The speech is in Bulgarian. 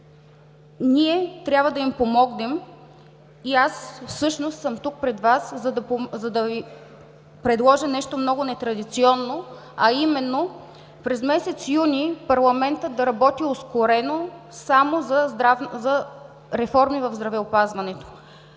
Ние трябва да им помогнем и аз съм тук, пред Вас, за да предложа нещо много нетрадиционно, а именно: през месец юни парламентът да работи ускорено само за реформи в здравеопазването.